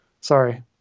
Sorry